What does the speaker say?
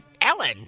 Ellen